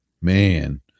man